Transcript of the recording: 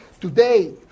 today